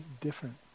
different